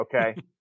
Okay